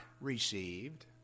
received